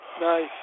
Nice